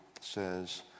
says